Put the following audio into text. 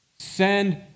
Send